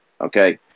Okay